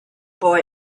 boy